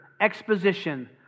exposition